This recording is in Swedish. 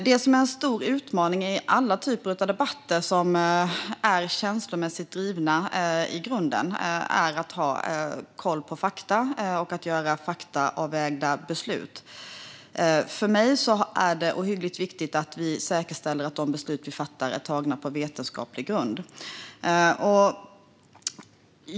Det som är en stor utmaning i alla typer av debatter som i grunden är känslomässigt drivna är att ha koll på fakta och att fatta faktaavvägda beslut. För mig är det ohyggligt viktigt att vi säkerställer att de beslut vi fattar är tagna på vetenskaplig grund.